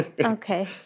Okay